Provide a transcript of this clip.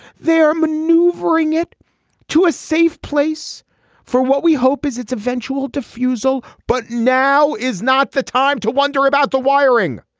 they're maneuvering it to a safe place for what we hope is its eventual refusal but now is not the time to wonder about the wiring.